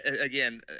again